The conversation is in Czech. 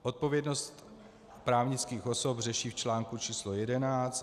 Odpovědnost právnických osob řeší v článku číslo jedenáct.